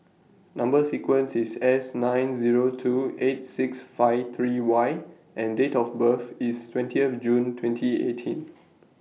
Number sequence IS S nine Zero two eight six five three Y and Date of birth IS twentieth June twenty eighteen